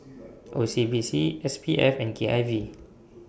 O C B C S P F and K I V